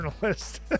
journalist